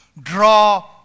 Draw